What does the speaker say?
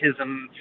autism